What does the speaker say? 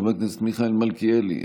חבר הכנסת מיכאל מלכיאלי,